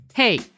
Hey